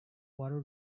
water